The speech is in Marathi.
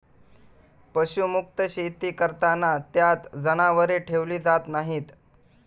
पशुमुक्त शेती करताना त्यात जनावरे ठेवली जात नाहीत